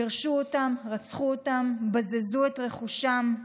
גירשו אותם, רצחו אותם, בזזו את רכושם.